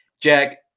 Jack